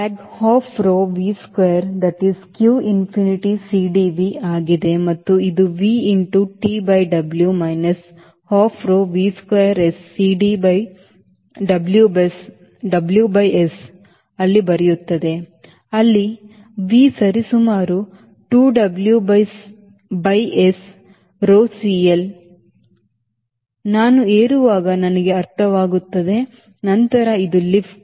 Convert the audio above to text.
drag half rho V square that is q infinite CD V ಆಗಿದೆ ಮತ್ತು ಇದು V into T by W minus half rho V square S CD by W by S ಅಲ್ಲಿ ಬರೆಯುತ್ತದೆ ಅಲ್ಲಿ V ಸರಿಸುಮಾರು 2 W by S rho CL ನಾನು ಏರುವಾಗ ನಮಗೆ ಅರ್ಥವಾಗುತ್ತದೆ ನಂತರ ಇದು ಲಿಫ್ಟ್